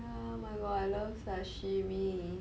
uh oh my god I love sashimi